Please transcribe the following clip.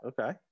Okay